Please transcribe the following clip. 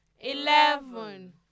eleven